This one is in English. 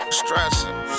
stressing